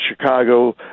Chicago